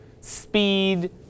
speed